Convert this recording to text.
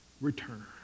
return